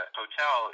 hotel